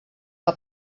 que